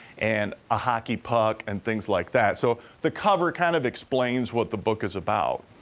and a hockey puck, and things like that, so the cover kind of explains what the book is about.